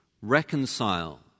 reconcile